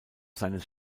seines